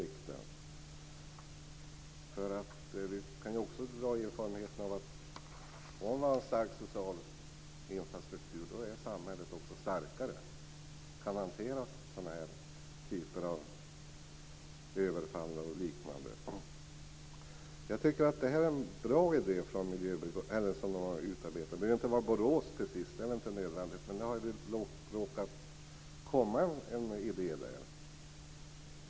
Vi vet av erfarenhet att samhället är starkare och kan hantera denna typ av överfall och liknande bättre om det finns en stark social infrastruktur. Jag tycker att den idé om en miljöbrigad som har utarbetats är bra. Den behöver inte vara knuten till Borås. Det är inte nödvändigt, men det har råkat komma en idé därifrån.